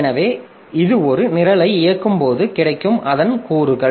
எனவே இது ஒரு நிரலை இயக்கும் போது கிடைக்கும் அதன் கூறுகள்